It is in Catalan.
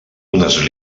unes